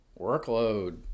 Workload